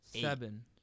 seven